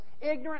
ignorant